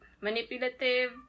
manipulative